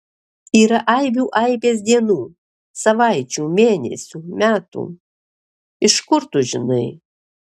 yra aibių aibės dienų savaičių mėnesių metų iš kur tu žinai